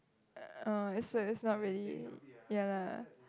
uh is a is not really ya lah